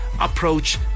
approach